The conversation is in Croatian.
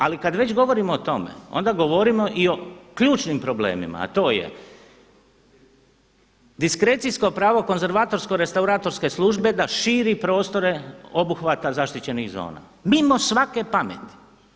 Ali kada već govorimo o tome onda govorimo i o ključnim problemima a to je diskrecijsko pravo konzervatorsko restauratorske službe da širi prostore obuhvata zaštićenih zona mimo svake pameti.